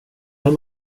hem